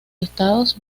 estados